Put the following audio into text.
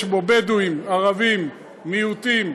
יש בו בדואים, ערבים, מיעוטים,